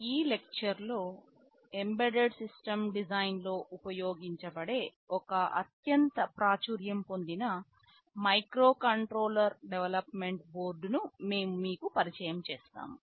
ఈ లెక్చర్ లో embedded system డిజైన్లో ఉపయోగించబడే ఒక అత్యంత ప్రాచుర్యం పొందిన మైక్రోకంట్రోలర్ డెవలప్మెంట్ బోర్డ్ను మేము మీకు పరిచయం చేస్తాము